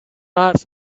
hours